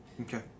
Okay